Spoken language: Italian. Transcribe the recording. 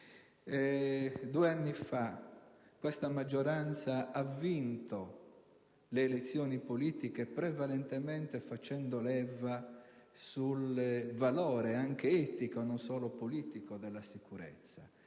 Due anni fa questa maggioranza ha vinto le elezioni politiche, prevalentemente facendo leva sul valore anche etico e non solo politico della sicurezza.